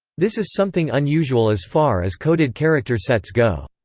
this is something unusual as far as coded character sets go.